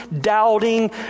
doubting